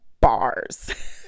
bars